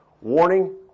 warning